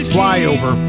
Flyover